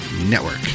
Network